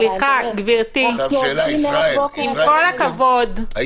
אנחנו עובדים מהבוקר --- עם כל הכבוד --- ישראל,